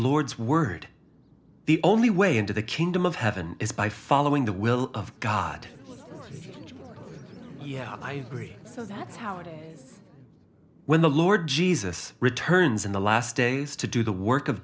lord's word the only way into the kingdom of heaven is by following the will of god yeah i agree so that's how it is when the lord jesus returns in the last days to do the work of